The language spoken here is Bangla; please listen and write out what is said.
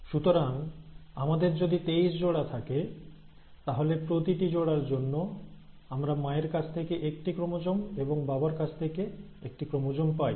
সুতরাং আমাদের যদি 23 জোড়া থাকে তাহলে প্রতিটি জোড়ার জন্য আমরা মায়ের কাছ থেকে একটি ক্রোমোজোম এবং বাবার কাছ থেকে একটি ক্রোমোজোম পাই